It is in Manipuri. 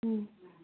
ꯎꯝ